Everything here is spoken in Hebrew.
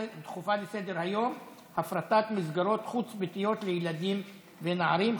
אין מתנגדים, אין נמנעים.